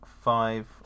five